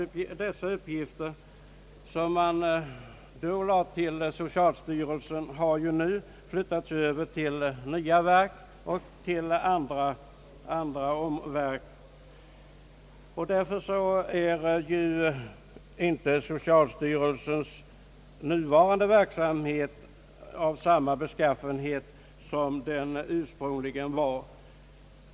De uppgifter som då lades på socialstyrelsen har nu i stor utsträckning flyttats över på andra och nya verk. Också av den anledningen är socialstyrelsens nuvarande verksamhet inte av samma beskaffenhet som den ursprungligen var.